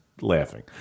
laughing